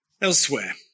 Elsewhere